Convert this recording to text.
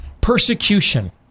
persecution